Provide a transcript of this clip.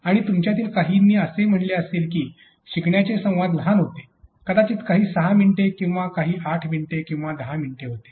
आणि तुमच्यातील काहींनी असे म्हटले असेल की शिकण्याचे संवाद लहान होते कदाचित काहीं सहा मिनिटे किंवा काही आठ मिनिटे किंवा दहा मिनिटे होते